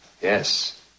Yes